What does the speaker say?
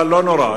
אבל לא נורא,